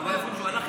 אבל לאן שהוא הלך,